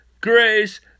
grace